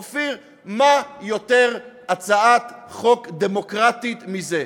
אופיר, איזה הצעת חוק דמוקרטית יותר מזה?